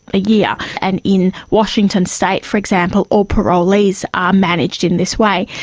a year. and in washington state, for example, all parolees are managed in this way.